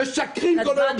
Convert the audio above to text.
משקרים כל היום.